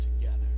together